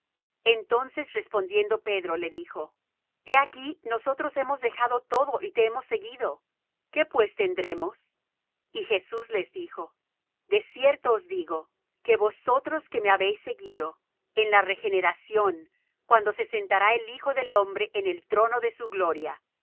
entonces respondiendo pedro le dijo he aquí nosotros hemos dejado todo y te hemos seguido qué pues tendremos y jesús les dijo de cierto os digo que vosotros que me habéis seguido en la regeneración cuando se sentará el hijo del hombre en el trono de su gloria